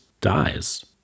dies